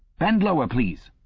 bend lower, please!